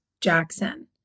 Jackson